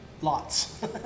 lots